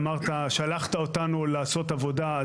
שלחת אותנו לעשות עבודה,